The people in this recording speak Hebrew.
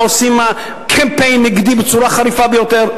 ועושים קמפיין נגדי בצורה חריפה ביותר.